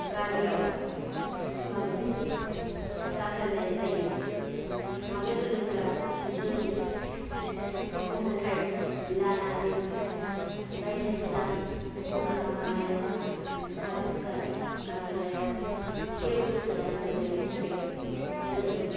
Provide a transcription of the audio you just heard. गारियाव बांसिन गाखोनाय जायो मानो होनोब्ला जों गथ' गथाय लानानै बायदिसिना मना लानायावहा बासखो गाखोनायाव एसे उसुबिदा मोननायनि थाखै जोङो